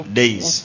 days